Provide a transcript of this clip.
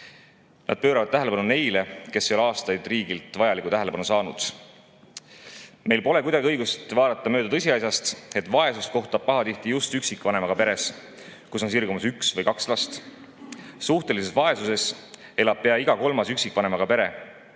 See pöörab tähelepanu neile, kes ei ole aastaid riigilt vajalikku tähelepanu saanud. Meil pole kuidagi õigust vaadata mööda tõsiasjast, et vaesust kohtab pahatihti just üksikvanemaga peres, kus on sirgumas üks või kaks last. Suhtelises vaesuses elab pea iga kolmas üksikvanemaga pere.